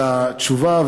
על התשובה,